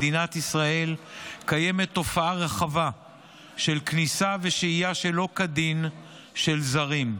במדינת ישראל קיימת תופעה רחבה של כניסה ושהייה שלא כדין של זרים.